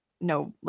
no